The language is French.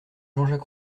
jacques